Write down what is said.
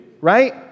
right